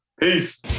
Peace